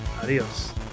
Adios